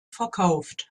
verkauft